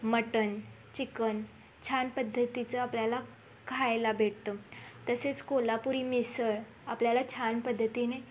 mutton chicken छान पद्धतीचं आपल्याला खायला भेटतं तसेच को्हापुरी मिसळ आपल्याला छान पद्धतीने